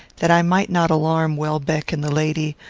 that i might not alarm welbeck and the lady,